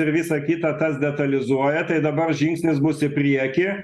ir visa kita tas detalizuoja tai dabar žingsnis bus į priekį